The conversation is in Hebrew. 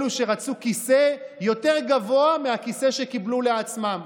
אלה שרצו כיסא יותר גבוה מהכיסא שקיבלו לעצמם.